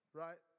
right